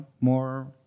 more